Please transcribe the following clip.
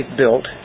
built